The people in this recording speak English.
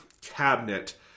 cabinet